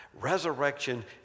Resurrection